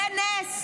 זה נס.